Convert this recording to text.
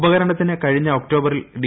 ഉപകരണത്തിന് കഴിഞ്ഞ ഒക്ടോബറിൽ ഡി